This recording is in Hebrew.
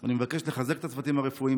אני מבקש לחזק את הצוותים הרפואיים,